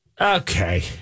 Okay